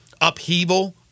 upheaval